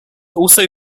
also